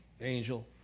angel